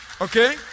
okay